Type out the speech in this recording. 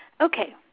Okay